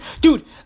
Dude